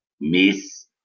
miss